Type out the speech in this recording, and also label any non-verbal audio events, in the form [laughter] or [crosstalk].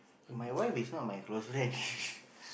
my wife is not my close friend [laughs]